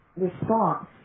response